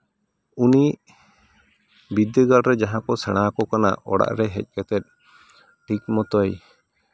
ᱩᱱᱤ ᱵᱤᱫᱽᱫᱟᱹᱜᱟᱲ ᱨᱮ ᱡᱟᱦᱟᱸ ᱠᱚ ᱥᱮᱬᱟ ᱟᱠᱚ ᱠᱟᱱᱟ ᱚᱲᱟᱜ ᱨᱮ ᱦᱮᱡ ᱠᱟᱛᱮ ᱴᱷᱤᱠ ᱢᱚᱛᱚᱭ